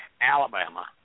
Alabama